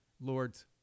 Lord's